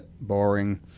boring